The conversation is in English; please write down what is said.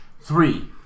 three